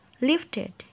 lifted